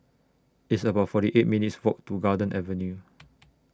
It's about forty eight minutes' Walk to Garden Avenue